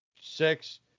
six